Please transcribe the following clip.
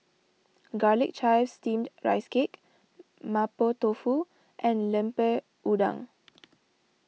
Garlic Chives Steamed Rice Cake Mapo Tofu and Lemper Udang